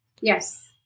Yes